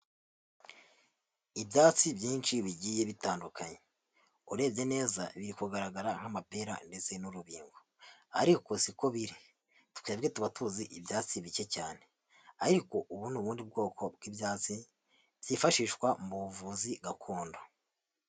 Ibyatsi byinshi bigiye bitandukanye urebye neza biri kugaragara nk'amapera ndetse n'urubingo ariko siko biri twebwe tuba tuzi ibyatsi bike cyane ariko ubu n’ubundi bwoko bw'ibyatsi byifashishwa mu buvuzi gakondo.